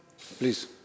Please